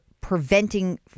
preventing